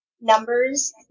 numbers